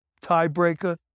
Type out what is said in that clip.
tiebreaker